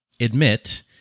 admit